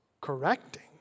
correcting